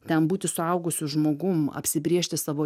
ten būti suaugusiu žmogum apsibrėžti savo